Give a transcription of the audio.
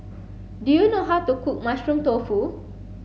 do you know how to cook mushroom tofu